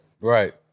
Right